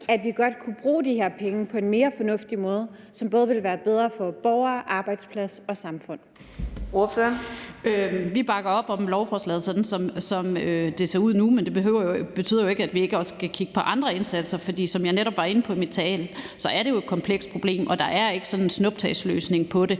lidt, godt kunne bruge de her penge på en mere fornuftig måde, som både ville være bedre for borgere, arbejdsplads og samfund? Kl. 15:24 Anden næstformand (Karina Adsbøl): Ordføreren. Kl. 15:24 Karin Liltorp (M): Vi bakker op om lovforslaget, som det ser ud nu, men det betyder jo ikke, at vi ikke også kan kigge på andre indsatser, for som jeg netop var inde på i min tale, er det jo et komplekst problem, og der er ikke nogen snuptagsløsning på det.